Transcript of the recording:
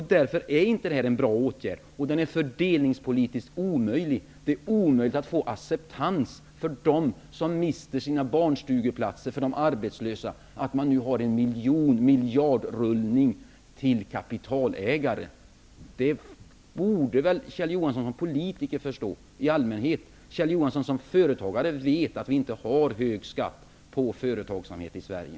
Därför är det här inte en bra åtgärd. Och fördelningspolitiskt är den omöjlig. Det är omöjligt att få acceptans från dem som mister sina barnstugeplatser och från de arbetslösa för en miljardrullning till kapitalägare. Det borde väl Kjell Johansson som politiker förstå! Som företagare vet Kjell Johansson att vi inte har hög skatt på företagsamhet i Sverige.